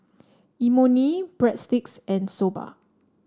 Imoni Breadsticks and Soba